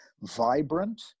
vibrant